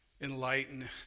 enlighten